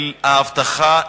אל ההבטחה,